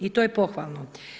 I to je pohvalno.